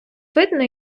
видно